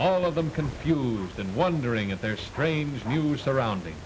all of them confused and wondering if their strange new surrounding